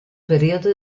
periodo